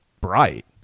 bright